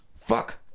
Fuck